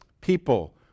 people